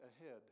ahead